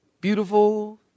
beautiful